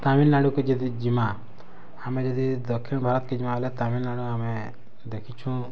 ତାମିଲନାଡ଼ୁକେ ଯଦି ଯିମା ଆମେ ଯଦି ଦକ୍ଷିଣ ଭାରତେକେ ଯିମା ବେଲେ ତାମିଲନାଡ଼ୁ ଆମେ ଦେଖିଛୁଁ